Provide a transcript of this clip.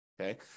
Okay